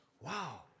Wow